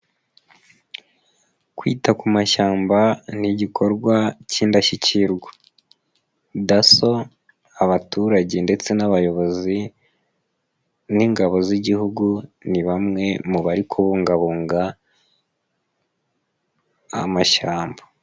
Kwita ku mashyamba ni igikorwa cy'indashyikirwa, Daso, abaturage ndetse n'abayobozi n'ingabo z'igihugu ni bamwe mu bari kubungabunga amashyamba.